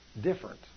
different